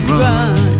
run